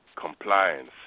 compliance